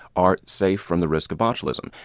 are safe from the risk of botulism.